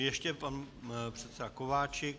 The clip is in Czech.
Ještě pan předseda Kováčik.